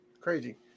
Crazy